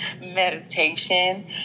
meditation